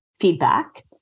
feedback